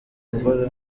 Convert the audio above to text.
umugore